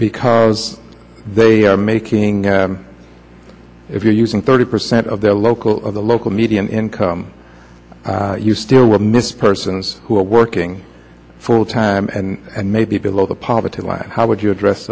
because they are making if you're using thirty percent of their local the local median income you still will miss persons who are working full time and may be below the poverty line how would you address